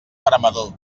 veremador